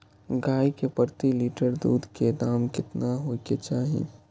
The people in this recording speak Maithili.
गाय के प्रति लीटर दूध के दाम केतना होय के चाही?